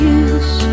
use